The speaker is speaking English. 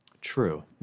True